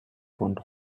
bande